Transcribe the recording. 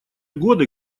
годы